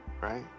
right